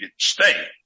stay